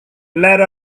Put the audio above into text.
let